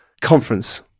Conference